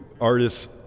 artists